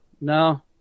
No